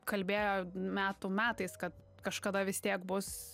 kalbėjo metų metais kad kažkada vis tiek bus